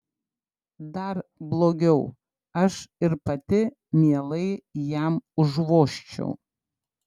dar blogiau aš ir pati mielai jam užvožčiau